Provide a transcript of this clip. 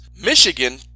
Michigan